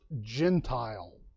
Gentile